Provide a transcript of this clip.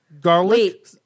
garlic